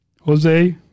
Jose